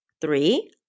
Three